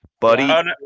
buddy